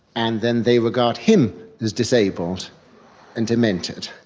and then they regard him as disabled and demented.